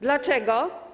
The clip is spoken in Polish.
Dlaczego?